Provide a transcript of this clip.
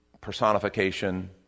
personification